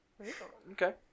Okay